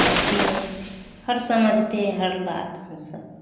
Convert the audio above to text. ठेठी में हर समझते हैं हर बात हम सब